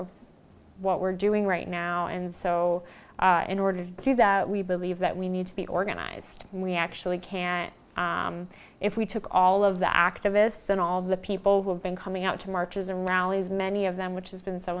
of what we're doing right now and so in order to do that we believe that we need to be organized and we actually can if we took all of the activists and all the people who have been coming out to marches and rallies many of them which has been so